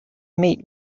meet